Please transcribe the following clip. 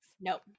Nope